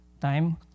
time